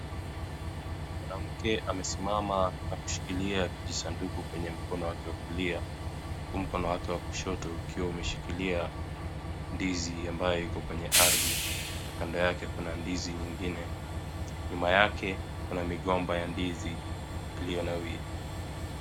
Mwanamke amesimama na kushikilia kijisanduku kwenye mkono wake wa kulia huku mkono wake wa kushoto ukiwa umeshikilia ndizi iliyo kwenye ardhi na kando yake kuna ndizi nyingine. Nyuma yake kuna migomba ya ndizi iliyonawiri.